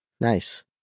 Nice